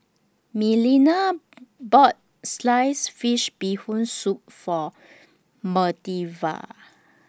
Melina bought Sliced Fish Bee Hoon Soup For